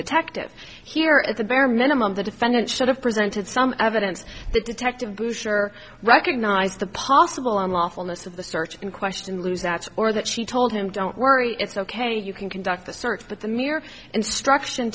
detective here at the bare minimum the defendant should have presented some evidence the detective sure recognized the possible unlawfulness of the search in question lose that or that she told him don't worry it's ok you can conduct a search but the mere instruction